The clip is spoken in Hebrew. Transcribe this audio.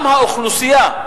גם האוכלוסייה,